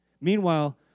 Meanwhile